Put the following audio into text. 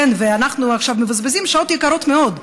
ואנחנו עכשיו מבזבזים שעות יקרות מאוד,